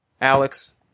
Alex